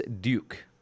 Duke